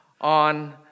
on